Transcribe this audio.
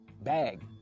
bag